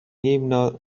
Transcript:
himno